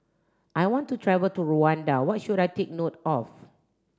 I want to travel to Rwanda what should I take note of